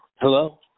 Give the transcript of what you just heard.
Hello